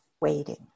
waiting